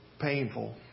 painful